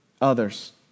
others